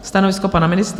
Stanovisko pana ministra?